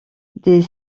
des